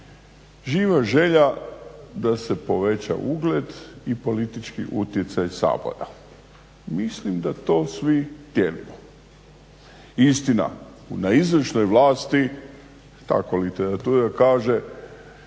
živa želja da se poveća ugled i politički utjecaj Sabora. Mislim da to svi dijelimo. Istina, na izvršnoj vlasti tako literatura kaže